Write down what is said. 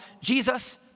Jesus